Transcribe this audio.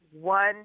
one